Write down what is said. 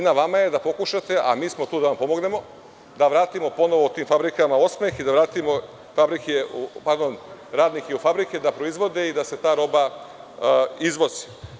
Na vama je da pokušate, a mi smo tu da vam pomognemo, da vratimo tim fabrikama osmeh i da vratimo radnike u fabrike, da proizvode i da se ta roba izvozi.